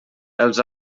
els